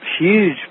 huge